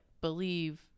believe